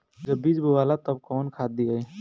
जब बीज बोवाला तब कौन खाद दियाई?